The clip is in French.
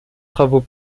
travaux